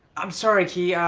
i'm sorry, ki.